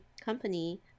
company